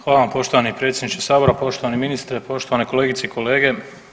Hvala vam poštovani predsjedniče Sabora, poštovani ministre, poštovane kolegice i kolege.